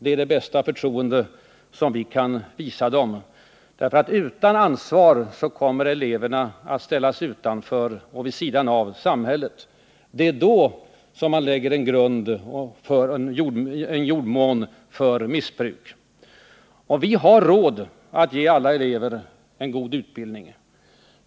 Det är det bästa förtroende som vi kan visa dem, för utan ansvar kommer eleverna att ställas utanför samhället. Det är då man skapar en jordmån för missbruk. Och vi har råd att ge alla elever en god utbildning.